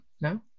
no